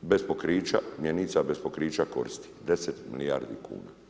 bez pokrića mjenica, bez pokrića koristi, 10 milijardi kuna.